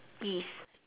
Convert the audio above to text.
is